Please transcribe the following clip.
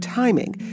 timing